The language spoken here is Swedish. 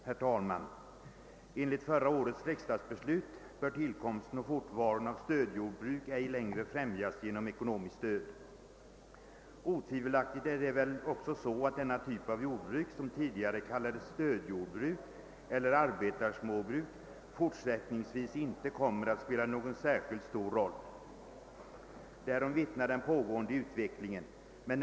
Herr talman! Enligt förra årets riksdagsbeslut bör tillkomsten och fortvaron av stödjordbruk ej längre främjas genom ekonomiskt stöd. Otvivelaktigt kommer denna typ av jordbruk, som tidigare kallades stödjordbruk eller arbetarsmåbruk, fortsättningsvis inte att spela någon särskilt stor roll. Därom vittnar den pågående utvecklingen.